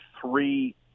three